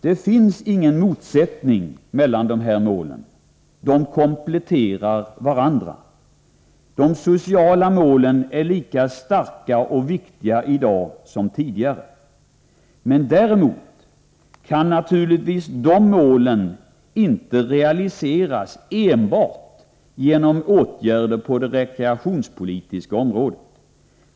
Det finns ingen motsättning mellan dessa mål; de kompletterar varandra. De sociala målen är lika starka och viktiga i dag som tidigare. Men däremot kan naturligtvis de målen inte realiseras enbart genom åtgärder på det rekreationspolitiska området.